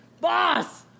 Boss